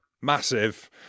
massive